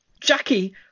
Jackie